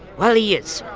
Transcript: well he is,